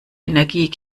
energie